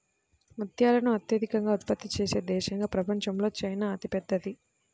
ముత్యాలను అత్యధికంగా ఉత్పత్తి చేసే దేశంగా ప్రపంచంలో చైనా అతిపెద్దది